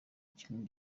kimwe